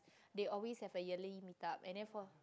they always have a yearly meet up and then for